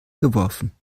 geworfen